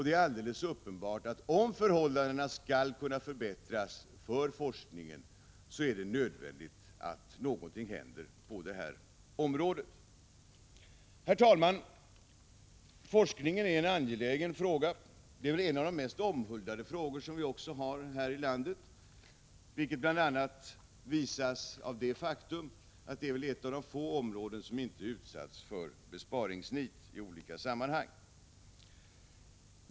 Det är alldeles uppenbart att om förhållandena skall kunna förbättras för forskningen är det nödvändigt att någonting händer på detta område. Herr talman! Forskningen är en angelägen fråga. Det är väl också ett av de mest omhuldade områdena här i landet, vilket bl.a. visas av det faktum att det är ett av de få områden som inte har utsatts för besparingsnit i olika sammanhang.